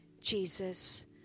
Jesus